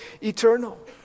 eternal